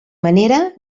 manera